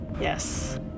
Yes